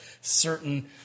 certain